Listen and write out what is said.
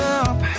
up